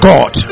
God